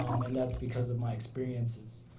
um and that's because of my experiences.